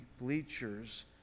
bleachers